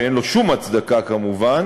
שאין לו שום הצדקה כמובן,